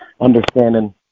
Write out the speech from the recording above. understanding